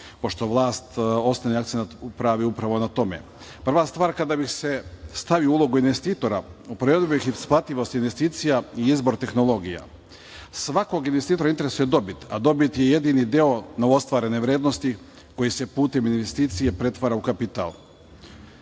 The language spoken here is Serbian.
pošto vlast osnovni akcenat pravi upravo na tome. Prva stvar, kada bih se stavio u ulogu investitora, uporedio bih isplativost investicija i izbor tehnologija. Svakog investitora interesuje dobit, da dobit je jedini deo novoostvarene vrednosti koji se putem investicija pretvara u kapital. Kada